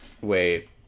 Wait